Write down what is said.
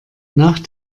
nach